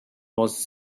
was